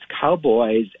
cowboys